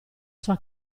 sua